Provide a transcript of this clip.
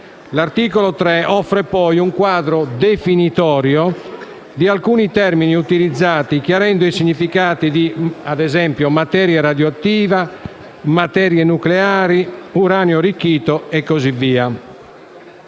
L'articolo 3 offre poi un quadro definitorio di alcuni termini utilizzati, chiarendo i significati - ad esempio - di «materia radioattiva», «materie nucleari», «uranio arricchito» e così via.